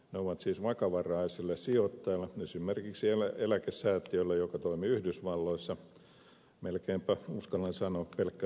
ne ovat siis vakavaraiselle sijoittajalle esimerkiksi eläkesäätiölle joka toimii yhdysvalloissa melkeinpä uskallan sanoa pelkkä suupala